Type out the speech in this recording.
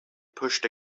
pushed